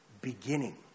beginning